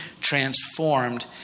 transformed